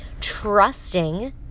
trusting